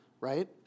right